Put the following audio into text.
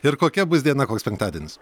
ir kokia bus diena koks penktadienis